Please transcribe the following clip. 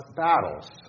battles